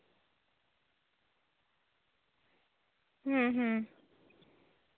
ᱦᱩᱸ ᱦᱩᱸ